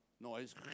noise